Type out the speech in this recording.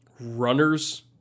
runners